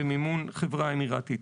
במימון חברה אמירתית.